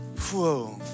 Whoa